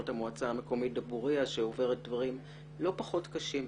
המועצה המקומית דבוריה שעוברת דברים לא פחות קשים.